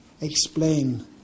explain